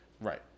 Right